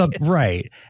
Right